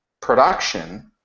production